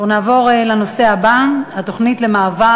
אנחנו נעבור לנושא הבא: התוכנית למעבר